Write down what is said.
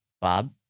Bob